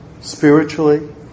spiritually